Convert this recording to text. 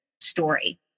story